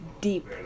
deep